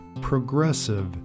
progressive